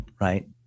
right